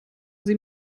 sie